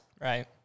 Right